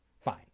Fine